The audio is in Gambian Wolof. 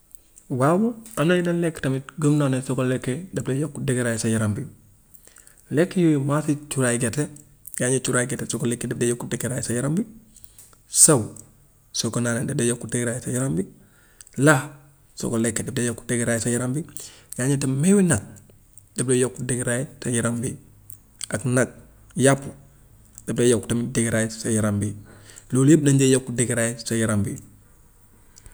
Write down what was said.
Waaw am na yenna lekk tamit gëm naa ni soo ko lekkee daf dee yokk dëgëraay sa yaram bi. Lekk yooyu cuuraay gerte, gaa yi ne cuuraay gerte soo lekkee daf dee yokk dëgëraay sa yaram bi, sow soo ko naanee daf dee yokk dëgëraay sa yaram bi, laax soo ko lekkee daf dee yokk dëgëraay sa yaram bi, yaa ngi tamit meewi nag daf dee yokk dëgëraay sa yaram bi ak nag yàpp daf dee yokk tam dëgëraay sa yaram bi, loolu yëpp dañ dee yokk dëgëraay sa yaram bi.